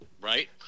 Right